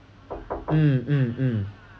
mm mm mm